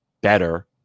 better